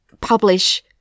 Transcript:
publish